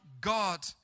God